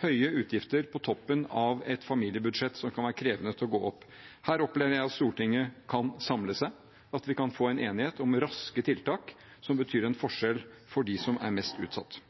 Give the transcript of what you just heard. høye utgifter på toppen av et familiebudsjett som kan være krevende å få til å gå opp. Her opplever jeg at Stortinget kan samle seg, at vi kan få en enighet om raske tiltak som betyr en forskjell for dem som er mest utsatt.